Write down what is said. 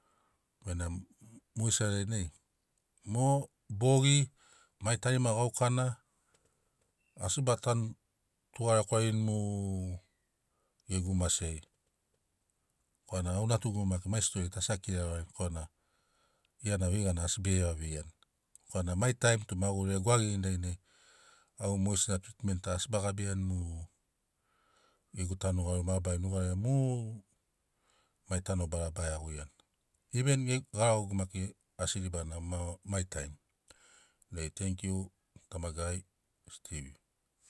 Benamo mogesina dainai mo bogi mai tarima gaukana asi ba tanu tugarekwarini mu gegu mase ai korana au nturu maki mai stori asi a kira vararini korana vei gana asi bege veiani korana mai taim tu maguri e gwagigini dainai au mogesina tritment ta asi be gabiani mu gegu tanu garori mabarari mu mai tanobara ba iaguiani even ge garagogu maki asi ribana mu mai taim mai nai tenkiu tamagai steve.